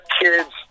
kids